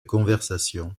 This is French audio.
conversation